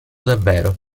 davvero